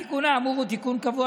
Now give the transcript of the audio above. התיקון האמור הוא תיקון קבוע,